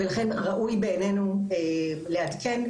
לכן ראוי בעינינו לעדכן,